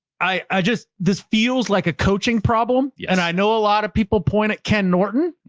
i just, this feels like a coaching problem. yeah and i know a lot of people point at ken norton.